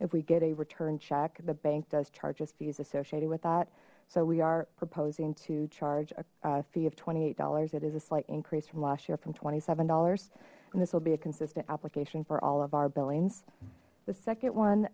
if we get a return check the bank does charges fees associated with that so we are proposing to charge a fee of twenty eight dollars it is a slight increase from last year from twenty seven dollars and this will be a consistent application for all of our billings the second